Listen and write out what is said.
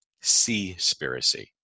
C-spiracy